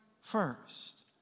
first